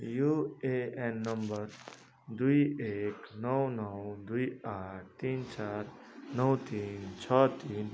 UAN number दुई एक नौ नौ दुई आठ तिन चार नौ तिन छ तिन